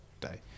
day